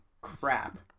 crap